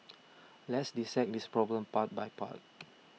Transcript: let's dissect this problem part by part